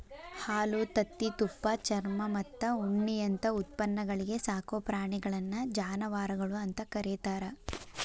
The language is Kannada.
ಹಾಲು, ತತ್ತಿ, ತುಪ್ಪ, ಚರ್ಮಮತ್ತ ಉಣ್ಣಿಯಂತ ಉತ್ಪನ್ನಗಳಿಗೆ ಸಾಕೋ ಪ್ರಾಣಿಗಳನ್ನ ಜಾನವಾರಗಳು ಅಂತ ಕರೇತಾರ